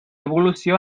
evolució